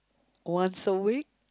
once a week